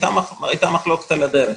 הייתה מחלוקת על הדרך.